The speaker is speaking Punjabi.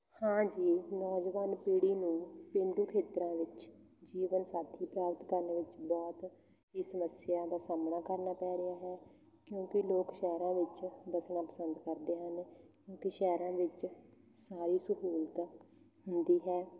ਹਾਂ ਜੀ ਨੌਜਵਾਨ ਪੀੜ੍ਹੀ ਨੂੰ ਪੇਂਡੂ ਖੇਤਰਾਂ ਵਿੱਚ ਜੀਵਨ ਸਾਥੀ ਪ੍ਰਾਪਤ ਕਰਨ ਵਿੱਚ ਬਹੁਤ ਹੀ ਸਮੱਸਿਆ ਦਾ ਸਾਹਮਣਾ ਕਰਨਾ ਪੈ ਰਿਹਾ ਹੈ ਕਿਉਂਕਿ ਲੋਕ ਸ਼ਹਿਰਾਂ ਵਿੱਚ ਵੱਸਣਾ ਪਸੰਦ ਕਰਦੇ ਹਨ ਕਿਉਂਕਿ ਸ਼ਹਿਰਾਂ ਵਿੱਚ ਸਾਰੀ ਸਹੂਲਤ ਹੁੰਦੀ ਹੈ